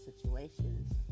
situations